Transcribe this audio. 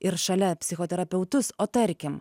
ir šalia psichoterapeutus o tarkim